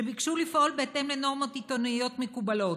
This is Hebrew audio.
שביקשו לפעול בהתאם לנורמות עיתונאיות מקובלות.